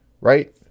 Right